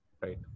Right